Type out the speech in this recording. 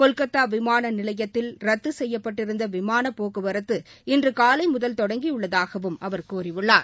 கொல்கத்தா விமான நிலையத்தில் ரத்து செய்யப்பட்டருந்த விமான போக்குவரத்து இன்று காலை முதல் தொடங்கியுள்ளதாகவம் அவர் கூறியுள்ளார்